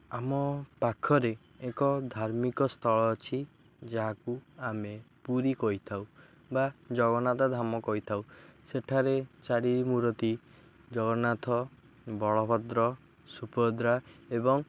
ଆମ ପାଖରେ ଏକ ଧାର୍ମିକ ସ୍ଥଳ ଅଛି ଯାହାକୁ ଆମେ ପୁରୀ କହିଥାଉ ବା ଜଗନ୍ନାଥ ଧାମ କହିଥାଉ ସେଠାରେ ଚାରି ମୂରତି ଜଗନ୍ନାଥ ବଳଭଦ୍ର ସୁଭଦ୍ରା ଏବଂ